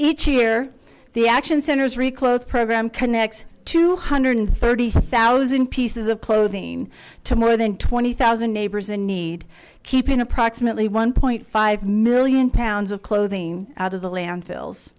each year the action center's requote program connects two hundred thirty thousand pieces of clothing to more than twenty thousand neighbors in need keeping approximately one point five million pounds of clothing out of the landfills